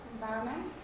environment